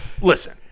Listen